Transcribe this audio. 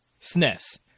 SNES